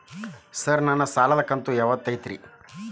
Sir ನನ್ನ ಸಾಲದ ಕಂತು ಯಾವತ್ತೂ ಐತ್ರಿ?